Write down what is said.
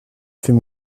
fait